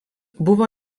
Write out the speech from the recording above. buvo